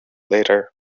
later